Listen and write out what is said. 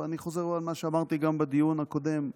אני חוזר על מה שאמרתי גם בדיון הקודם,